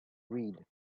weed